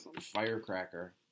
firecracker